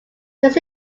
this